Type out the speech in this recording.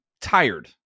tired